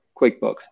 QuickBooks